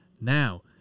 Now